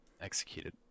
executed